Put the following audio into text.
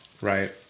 Right